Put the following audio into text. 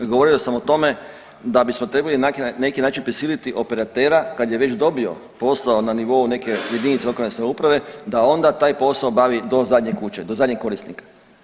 Govorio sam o tome da bismo trebali na neki način prisiliti operatera kad je već dobio posao na nivou neke jedinice lokalne samouprave da onda taj posao obavi do zadnje kuće, do zadnjeg korisnika.